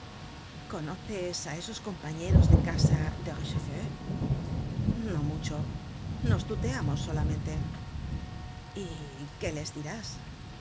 conoces á esos compañeros de casa de richefeu no mucho nos tuteamos solamente y qué les dirás